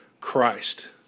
Christ